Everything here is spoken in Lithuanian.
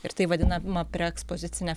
ir tai vadinama preekspozicine